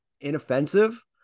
inoffensive